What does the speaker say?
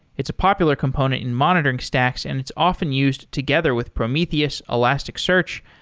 it's a popular component in monitoring stacks and it's often used together with prometheus, elasticsearch,